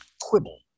Quibble